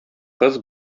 кыз